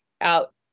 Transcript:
out